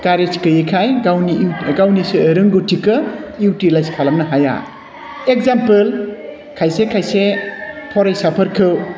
courage गैयैखाय गावनि इउ गावनि सो रोंगथिखौ इउटिलाइस खालामनो हाया एक्जामपोल खायसे खायसे फरायसाफोरखौ